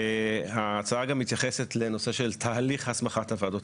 ההצעה גם מתייחסת לנושא של תהלך הסמכת הוועדות